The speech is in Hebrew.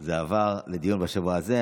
היא עברה לדיון בשבוע הזה.